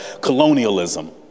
colonialism